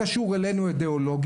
תודה רבה לכולם.